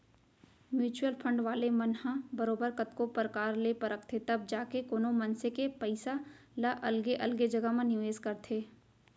mutual fund वाले मन ह बरोबर कतको परकार ले परखथें तब जाके कोनो मनसे के पइसा ल अलगे अलगे जघा म निवेस करथे